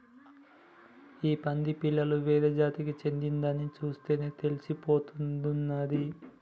ఈ పంది పిల్ల వేరే జాతికి చెందిందని చూస్తేనే తెలిసిపోతా ఉన్నాది